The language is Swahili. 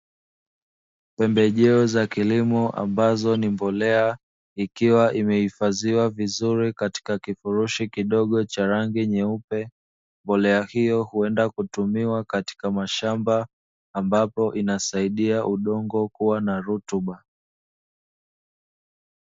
Pembejeo za kilimo ambazo ni mbolea, ikiwa imehifadhiwa vizuri katika kifurushi kidogo cha rangi nyeupe. Mbolea hiyo huenda kutumiwa katika mashamba ambapo inasaidia udongo kuwa na rutuba.